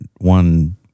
one